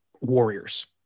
warriors